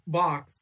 box